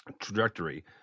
trajectory